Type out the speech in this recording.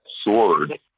sword